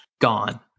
gone